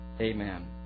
Amen